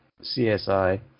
CSI